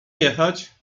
jechać